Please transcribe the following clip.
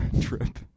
trip